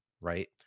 right